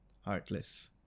heartless